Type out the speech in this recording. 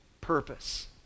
purpose